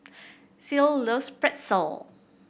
Ceil loves Pretzel